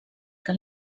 que